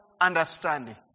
understanding